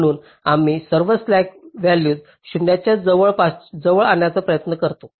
म्हणून आम्ही सर्व स्लॅक व्हॅल्यूज 0 च्या जवळ आणण्याचा प्रयत्न करतो